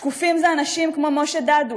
שקופים זה אנשים כמו משה דדוש.